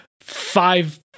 five